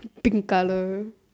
pink colour